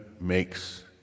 makes